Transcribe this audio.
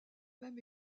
même